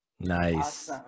nice